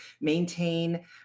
maintain